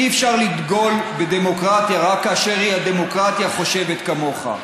אי-אפשר לדגול בדמוקרטיה רק כאשר הדמוקרטיה חושבת כמוך.